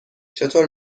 چطور